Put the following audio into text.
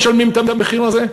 הם משלמים את המחיר הזה.